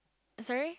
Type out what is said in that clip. sorry